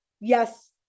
yes